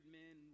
men